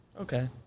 Okay